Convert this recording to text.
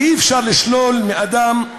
ואי-אפשר לשלול מאדם,